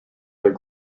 their